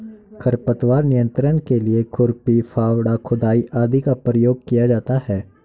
खरपतवार नियंत्रण के लिए खुरपी, फावड़ा, खुदाई आदि का प्रयोग किया जाता है